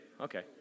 Okay